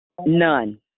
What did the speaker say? None